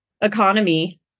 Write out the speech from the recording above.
economy